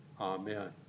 Amen